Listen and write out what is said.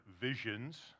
visions